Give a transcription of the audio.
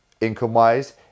income-wise